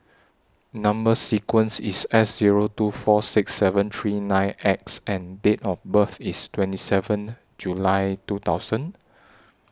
Number sequence IS S Zero two four six seven three nine X and Date of birth IS twenty seven July two thousand